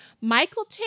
Michael